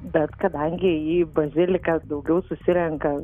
bet kadangi į baziliką daugiau susirenka